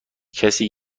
کسی